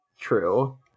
True